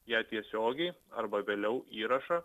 ją tiesiogiai arba vėliau įrašą